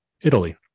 Italy